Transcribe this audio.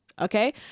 okay